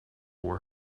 were